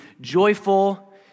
joyful